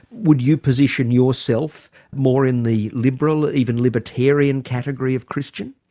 would you position yourself more in the liberal, even libertarian category of christian?